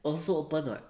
also open [what]